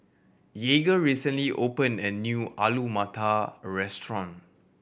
Jagger recently opened a new Alu Matar Restaurant